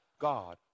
God